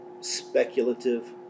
speculative